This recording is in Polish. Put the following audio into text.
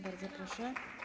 Bardzo proszę.